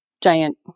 giant